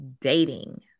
dating